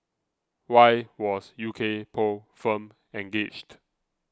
why was U K poll firm engaged